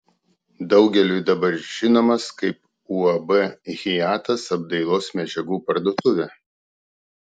daugeliui dabar žinomas kaip uab hiatas apdailos medžiagų parduotuvė